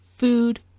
food